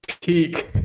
Peak